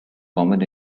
common